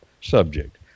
subject